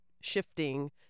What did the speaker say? shifting